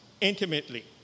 intimately